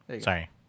Sorry